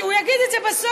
הוא יגיד את זה בסוף.